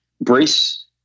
brace